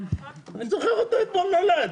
אני זוכר אותו, אתמול נולד.